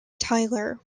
taylor